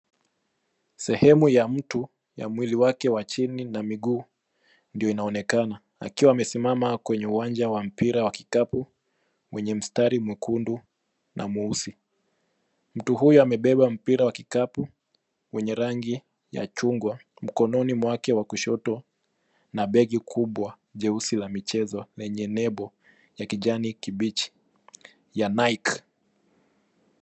Sehemu ya mtu ya mwili wake wa chini na miguu ndio inaonekana, akiwa amesimama kwenye uwanja wa mpira wa kikapu mwenye mstari mwekundu na mweusi. Mtu huyu amebeba mpira wa kikapu wenye rangi ya chungwa mkononi mwake wa kushoto na begi kubwa jeusi la michezo lenye nebo ya kijani kibichi ya Nike .